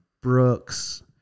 Brooks